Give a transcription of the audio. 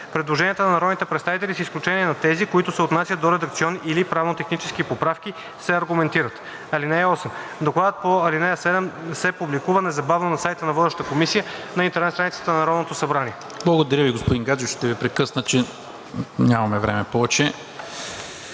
предложенията на народните представители, с изключение на тези, които се отнасят до редакционни или правно-технически поправки, се аргументират. (8) Докладът по ал. 7 се публикува незабавно на сайта на водещата комисия на интернет страницата на Народното събрание.“ ПРЕДСЕДАТЕЛ НИКОЛА МИНЧЕВ: Благодаря Ви, господин Гаджев. Ще Ви прекъсна, защото нямаме време повече.